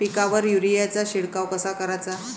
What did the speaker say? पिकावर युरीया चा शिडकाव कसा कराचा?